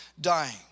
dying